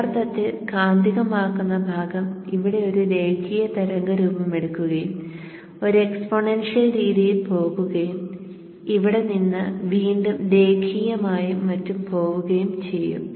യഥാർത്ഥത്തിൽ കാന്തികമാക്കുന്ന ഭാഗം ഇവിടെ ഒരു രേഖീയ തരംഗ രൂപമെടുക്കുകയും ഒരു എക്സ്പോണൻഷ്യൽ രീതിയിൽ പോകുകയും ഇവിടെ നിന്ന് വീണ്ടും രേഖീയമായും മറ്റും പോകുകയും ചെയ്യും